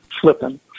flipping